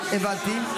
הבנתי.